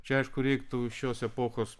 čia aišku reiktų šios epochos